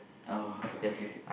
oh okay K K